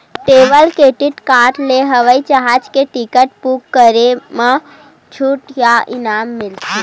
travel credit card ले हवई जहाज के टिकट बूक करे म छूट या इनाम मिलथे